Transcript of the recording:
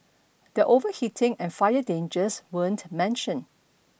the overheating and fire dangers weren't mentioned